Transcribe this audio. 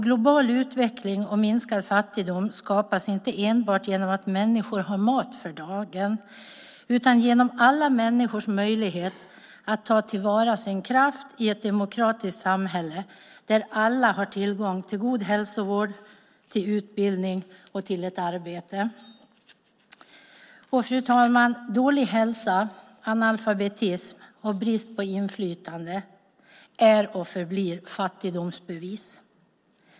Global utveckling och minskad fattigdom skapas inte enbart genom att människor har mat för dagen utan genom alla människors möjlighet att ta till vara sin kraft i ett demokratiskt samhälle där alla har tillgång till god hälsovård, utbildning och arbete. Fru talman! Dålig hälsa, analfabetism och brist på inflytande är och förblir fattigdomsbevis.